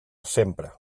sempre